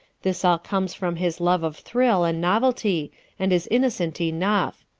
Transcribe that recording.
this all comes from his love of thrill and novelty and is innocent enough.